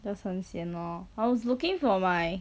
just 很 sian lor I was looking for my